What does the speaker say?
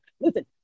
Listen